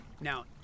Now